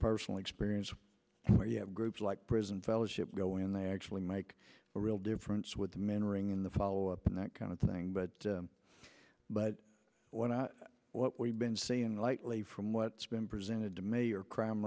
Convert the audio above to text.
personal experience where you have groups like prison fellowship go in there actually make a real difference with the mentoring and the follow up and that kind of thing but but what we've been seeing lately from what's been presented to mayor crime